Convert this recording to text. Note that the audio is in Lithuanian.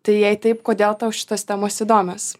tai jei taip kodėl tau šitos temos įdomios